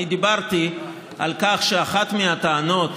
אני דיברתי על כך שאחת מהטענות